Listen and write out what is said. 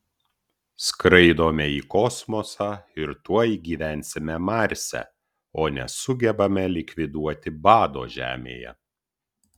skraidome į kosmosą ir tuoj gyvensime marse o nesugebame likviduoti bado žemėje